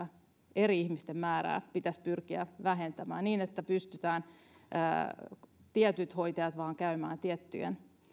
eri ihmisten määrää pitäisi pystyä vähentämään niin että vain tietyt hoitajat käyvät tiettyjen